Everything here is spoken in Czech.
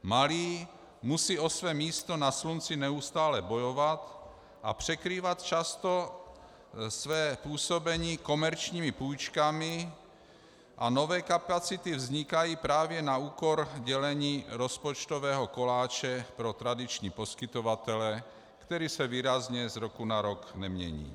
Malí musí o své místo na slunci neustále bojovat a překrývat často své působení komerčními půjčkami a nové kapacity vznikají právě na úkor dělení rozpočtového koláče pro tradiční poskytovatele, který se výrazně z roku na rok nemění.